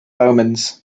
omens